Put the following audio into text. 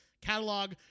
catalog